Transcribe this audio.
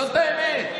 זאת האמת.